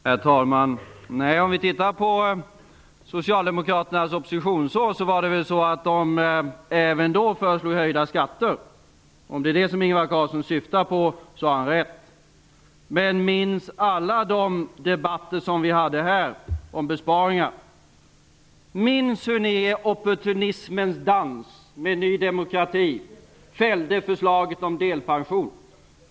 Herr talman! Om vi tittar på socialdemokraternas oppositionsår var det väl så att de även då föreslog höjda skatter. Om det är detta som Ingvar Carlsson syftar på så har han rätt. Men minns alla de debatter som vi hade här om besparingar! Minns hur ni i opportunismens dans med Ny demokrati fällde förslaget om delpension!